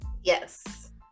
Yes